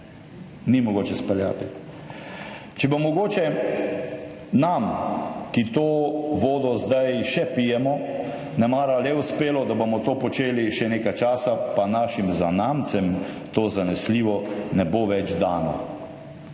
ni mogoče speljati. Če bo mogoče nam, ki to vodo zdaj še pijemo, nemara le uspelo, da bomo to počeli še nekaj časa, pa našim zanamcem to zanesljivo ne bo več dano